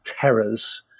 terrors